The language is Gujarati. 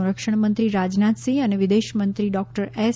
સંરક્ષણમંત્રી રાજનાથસિંહ અને વિદેશમંત્રી ડોક્ટર એસ